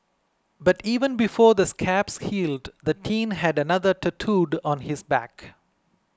but even before the scabs healed the teen had another tattooed on his back